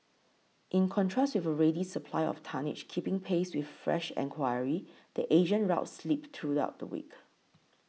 in contrast with a ready supply of tonnage keeping pace with fresh enquiry the Asian routes slipped throughout the week